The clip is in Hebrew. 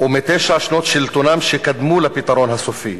ומתשע שנות שלטונם שקדמו ל'פתרון הסופי'?